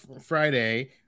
Friday